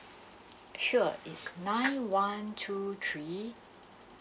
sure is nine one two three